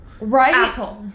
Right